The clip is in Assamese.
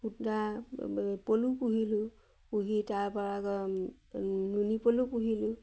সূতা পলু পুহিলোঁ পুহি তাৰপৰা আকৌ নুনি পলু পুহিলোঁ